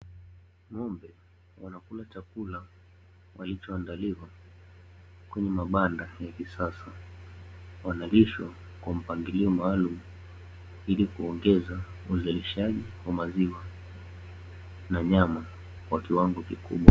Ng'ombe wanakula chakula walichoandaliwa kwenye mabanda ya kisasa, wanalishwa kwa mpangilio maalum ili kuongeza uzalishaji wa maziwa na nyama kwa kiwango kikubwa.